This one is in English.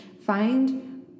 Find